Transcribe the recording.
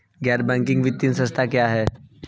गैर बैंकिंग वित्तीय संस्था क्या है?